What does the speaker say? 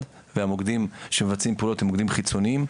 והמוקדים שמבצעים פעולות הם מוקדים חיצוניים,